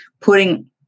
putting